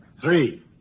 Three